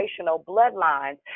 bloodlines